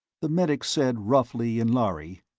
the medic said roughly in lhari,